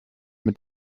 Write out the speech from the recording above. mit